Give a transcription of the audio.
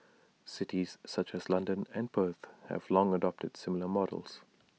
cities such as London and Perth have long adopted similar models